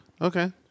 Okay